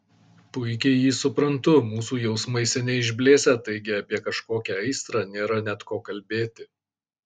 puikiai jį suprantu mūsų jausmai seniai išblėsę taigi apie kažkokią aistrą nėra net ko kalbėti